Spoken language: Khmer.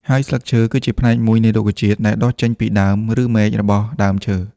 ហើយស្លឺកឈើ គីជាផ្នែកមួយនៃរុក្ខជាតិដែលដុះចេញពីដើមឬមែករបស់ដើមឈើ។